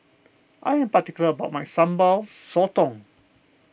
I am particular about my Sambal Sotong